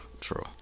true